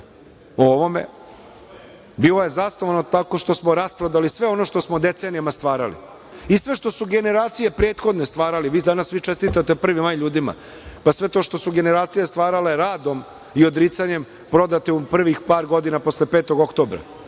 o ovome, bilo je zasnovano tako što smo rasprodali sve ono što smo decenijama stvarali i sve što su generacije prethodne stvarale. Danas vi čestitate Prvi maj ljudima. Pa sve to što su generacije stvarale radom i odricanjem, prodato je u prvih par godina posle 5. oktobra.